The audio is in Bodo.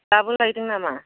दाबो लायदों नामा